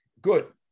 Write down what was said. Good